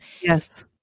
Yes